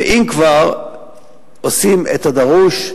ואם כבר עושים את הדרוש,